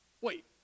Wait